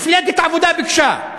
מפלגת העבודה ביקשה.